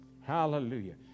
Hallelujah